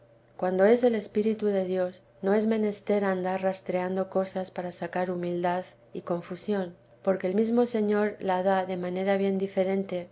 cuando es el espíritu de dios no es menester andar rastreando cosas para sacar humildad y confusión porque el mesmo señor la da de manera bien diferente